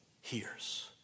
hears